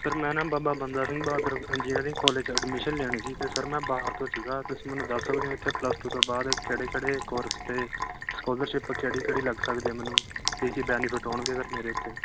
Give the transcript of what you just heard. sir ਮੈਂ ਨਾ Baba Banda Singh Bahadur engineering college 'ਚ ਐਡਮੀਸ਼ਨ ਲੈਣੀ ਸੀ ਅਤੇ ਸਰ ਮੈਂ ਬਾਹਰ ਤੋਂ ਸੀਗਾ ਤੁਸੀਂ ਮੈਨੂੰ ਦੱਸ ਸਕਦੇ ਓਂ ਇੱਥੇ ਪਲੱਸ ਟੂ ਤੋਂ ਬਾਅਦ ਕਿਹੜੇ ਕਿਹੜੇ ਕੋਰਸ 'ਤੇ ਸਕੋਲਰਸ਼ਿਪ ਕਿਹੜੀ ਕਿਹੜੀ ਲੱਗ ਸਕਦੀ ਮੈਨੂੰ ਅਤੇ ਇਹ 'ਚ ਬੈਨੀਫਿਟ ਹੋਣਗੇ ਸਰ ਮੇਰੇ ਇੱਥੇ